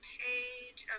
page